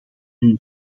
hun